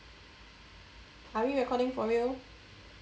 are we recording for real